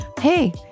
Hey